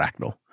Fractal